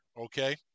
Okay